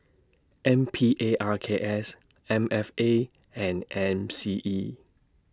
N P A R K S M F A and M C E